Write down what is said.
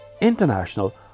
International